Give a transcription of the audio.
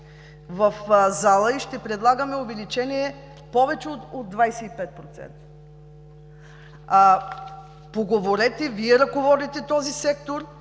в зала и ще предлагаме увеличение повече от 25%. Поговорете, Вие ръководите този сектор,